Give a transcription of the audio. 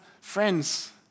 friends